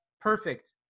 perfect